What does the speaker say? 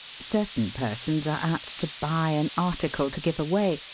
certain persons are apt to buy an article to give away,